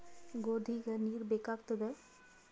ಗೋಧಿಗ ನೀರ್ ಬೇಕಾಗತದ?